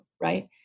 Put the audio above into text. right